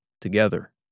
together